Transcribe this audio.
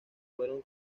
fueron